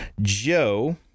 Joe